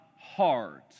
heart